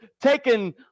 taken